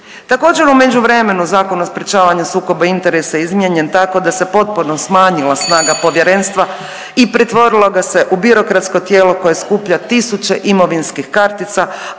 Također u međuvremenu Zakon o sprječavanju sukoba interesa je izmijenjen tako da se potpuno smanjila snaga povjerenstva i pretvorilo ga se u birokratsko tijelo koje skuplja tisuće imovinskih kartica,